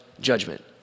judgment